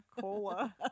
Cola